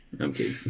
Okay